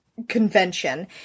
convention